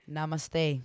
Namaste